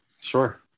Sure